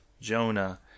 Jonah